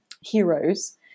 heroes